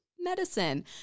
medicine